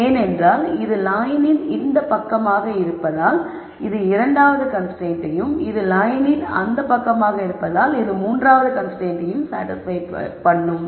ஏனென்றால் இது லயனின் இந்த பக்கமாக இருப்பதால் இது இரண்டாவது கன்ஸ்ரைன்ட்டையையும் இது லயனின் இந்த பக்கமாக இருப்பதால் இது மூன்றாவது கன்ஸ்ரைன்ட்டையையும் சாடிஸ்பய் செய்யும்